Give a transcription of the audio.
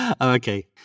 Okay